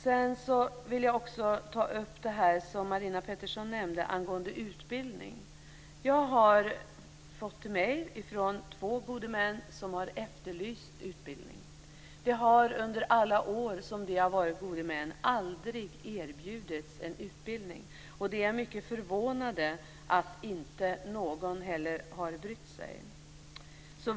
Dessutom vill jag också ta upp det som Marina Pettersson nämnde angående utbildning. Jag har haft kontakt med två gode män som har efterlyst utbildning. Under alla år som de har varit gode män har de aldrig erbjudits en utbildning. De är mycket förvånade att ingen heller har brytt sig.